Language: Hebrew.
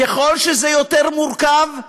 ככל שזה יותר מורכב,